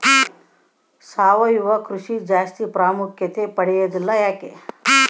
ಸಾವಯವ ಕೃಷಿ ಜಾಸ್ತಿ ಪ್ರಾಮುಖ್ಯತೆ ಪಡೆದಿಲ್ಲ ಯಾಕೆ?